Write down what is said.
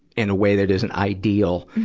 in a way that isn't ideal.